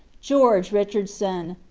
george richardson.